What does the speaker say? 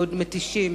מאוד מתישים,